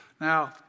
Now